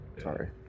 Sorry